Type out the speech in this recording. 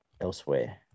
elsewhere